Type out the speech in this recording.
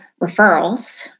referrals